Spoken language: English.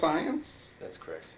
science that's correct